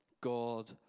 God